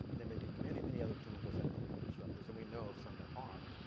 there may be many, many other chemicals that are endocrine disruptors, and we know of some that are.